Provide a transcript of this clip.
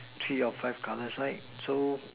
three or five colour right so